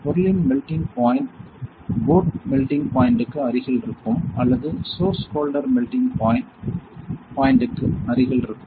பொருளின் melting point boat melting பாயின்ட்க்கு அருகில் இருக்கும் அல்லது சோர்ஸ் ஹோல்டர் மெல்டிங் பாயின்ட் க்கு அருகில் இருக்கும்